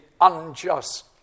unjust